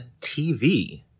TV